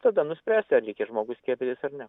tada nuspręsti ar reikia žmogus skiepytis ar ne